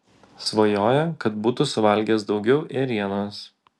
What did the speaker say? svajoja kad būtų suvalgęs daugiau ėrienos